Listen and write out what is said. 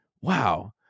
wow